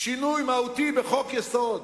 שינוי מהותי בחוק-יסוד